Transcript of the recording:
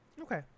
Okay